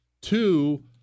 Two